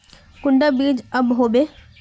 कुंडा बीज कब होबे?